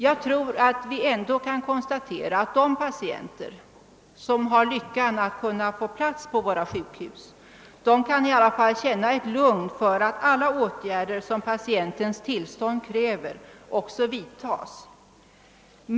Jag tror att vi ändå kan konstatera, att de patienter som har lyckan att få plats på våra sjukhus kan känna ett lugn för att alla åtgärder som deras tillstånd kräver också vidtas.